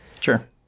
sure